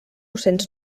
cents